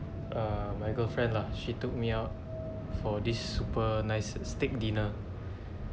uh uh my girlfriend lah she took me out for this super nice steak dinner